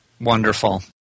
Wonderful